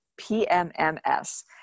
PMMS